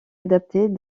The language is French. adaptée